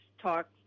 talk